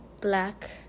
black